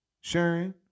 sharing